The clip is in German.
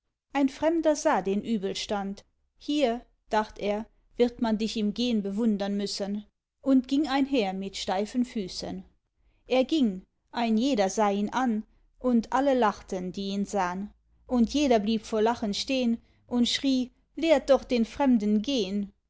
ein fremder sah den übelstand hier dacht er wird man dich im gehn bewundern müssen und ging einher mit steifen füßen er ging ein jeder sah ihn an und alle lachten die ihn sahn und jeder blieb vor lachen stehen und schrie lehrt doch den fremden gehen